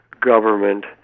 government